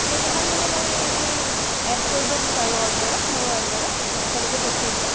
কেইটামান মানে মই ইয়াতে এড কৰিব বিচাৰোঁ অৰ্ডাৰত মোৰ অৰ্ডাৰত একেলগে পঠিয়াই দিব